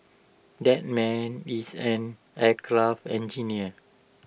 that man is an aircraft engineer